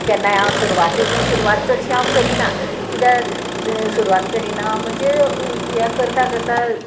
केन्नाय हांव सुरवाते पूण सुरवात चडशी हांव करिना कित्याक सुरवात करिना म्हणजे हे करता करता